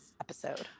episode